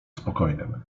spokojnym